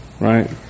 right